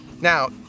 Now